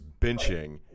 benching